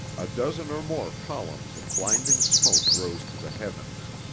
a dozen or more columns of blinding smoke rose to the heavens.